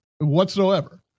whatsoever